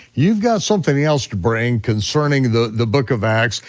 you've got something else to bring concerning the the book of acts,